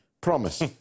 promise